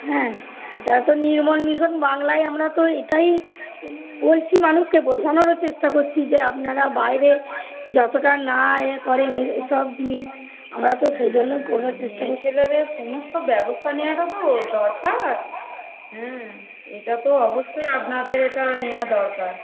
হ্যাঁ এটা তো নির্মল মিশন বাংলায় আমরা তো এট বলছি মানুষকে বোঝানর চেষ্টা করছি যে আপনারা বাইরে যতটা না এ করেন এসব জিনিস আমরা তো সেই জন্য কোন ছেলেদের সমস্ত ব্যবস্থা নেওয়াটা তো দরকার হ্যাঁ এটা তো অবশ্যই আপনাদের এটা নেওয়া দরকার